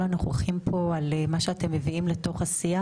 הנוכחים פה על מה שאתם מביאים לתוך השיח.